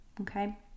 okay